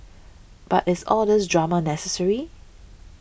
but is all these drama necessary